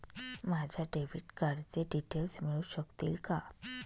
माझ्या डेबिट कार्डचे डिटेल्स मिळू शकतील का?